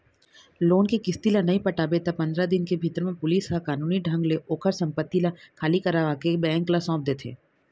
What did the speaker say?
loan के किस्ती ल नइ पटाबे त पंदरा दिन के भीतर म पुलिस ह कानूनी ढंग ले ओखर संपत्ति ल खाली करवाके बेंक ल सौंप देथे